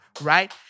right